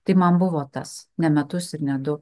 tai man buvo tas ne metus ir ne du